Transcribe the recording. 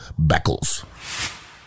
Beckles